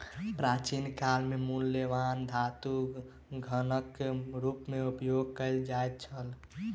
प्राचीन काल में मूल्यवान धातु धनक रूप में उपयोग कयल जाइत छल